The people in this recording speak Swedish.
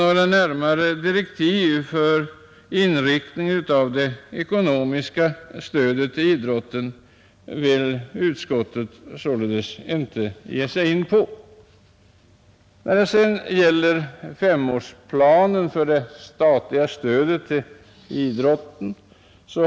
Några närmare direktiv för fördelningen av det ekonomiska stödet vill utskottet således inte utfärda, Herr Olsson i Kil har talat för reservationen 3 som gäller en femårsplan för det statliga stödet till idrotten.